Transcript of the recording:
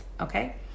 okay